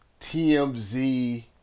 TMZ